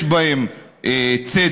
יש בהם צדק,